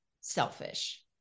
selfish